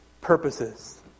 purposes